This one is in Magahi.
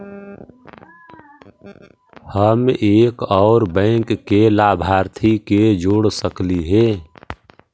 हम एक और बैंक लाभार्थी के जोड़ सकली हे?